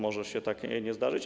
Może się tak nie zdarzyć.